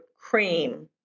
cream